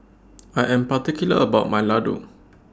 I Am particular about My Ladoo